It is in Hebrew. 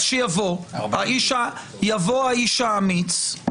40,000. אז שיבוא האיש האמיץ,